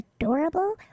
adorable